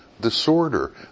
disorder